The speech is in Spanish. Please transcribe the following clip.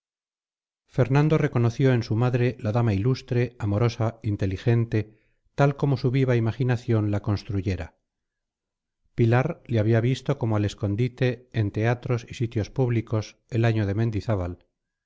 fernando reconoció en su madre la dama ilustre amorosa inteligente tal como su viva imaginación la construyera pilar le había visto como al escondite en teatros y sitios públicos el año de mendizábal